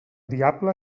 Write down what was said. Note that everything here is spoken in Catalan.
diable